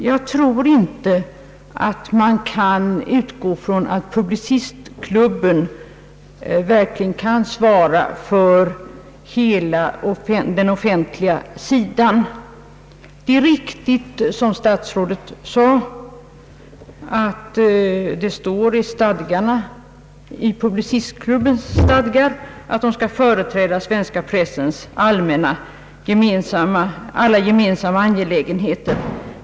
Jag tror inte att man kan utgå ifrån att Publicistklubben verkligen kan svara för hela den offentliga sidan. Det är riktigt, såsom statsrådet sade, att det står i Publicistklubbens stadgar att klubben skall »företräda svenska pressen i alla gemensamma angelägenheter».